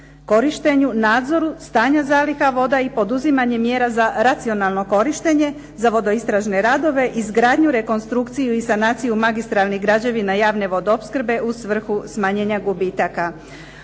korištenju, nadzoru, stanju zaliha voda i poduzimanje mjera za racionalno korištenje, za vodoistražne radove, izgradnju, rekonstrukciju i sanaciju magistralnih građevina javne vodoopskrbe u svrhu smanjenja gubitaka.